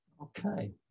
okay